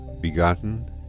begotten